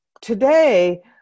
today